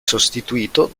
sostituito